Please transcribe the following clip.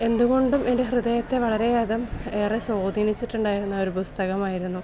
എന്തുകൊണ്ടും എന്റെ ഹൃദയത്തെ വളരെയധികം ഏറെ സ്വധിനിച്ചിട്ടുണ്ടായിരുന്ന ഒരു പുസ്തകമായിരുന്നു